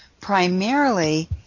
primarily